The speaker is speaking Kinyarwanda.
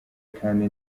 kandi